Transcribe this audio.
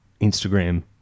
Instagram